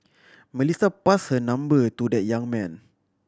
Melissa passed her number to the young man